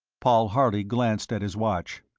paul harley glanced at his watch.